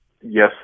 Yes